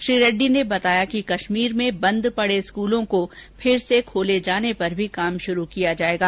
श्री रेड़डी ने बताया कि कश्मीर में बंद पड़े विद्यालयों को फिर से खोले जाने पर भी काम शुरू किया जायेगा